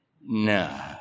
no